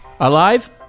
Alive